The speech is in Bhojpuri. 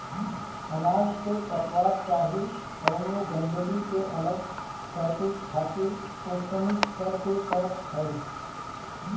अनाज से पतवार चाहे कवनो गंदगी के अलग करके खातिर ओसवनी करे के पड़त हवे